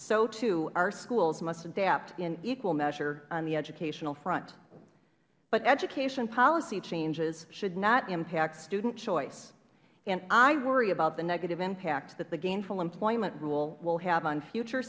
so too our schools must adapt in equal measure on the educational front but education policy changes should not impact student choice and i worry about the negative impact that the gainful employment rule will have on future